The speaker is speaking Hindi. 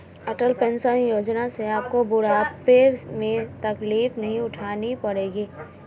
अटल पेंशन योजना से आपको बुढ़ापे में तकलीफ नहीं उठानी पड़ेगी